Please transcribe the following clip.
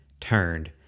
turned